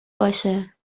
باشه